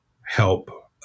help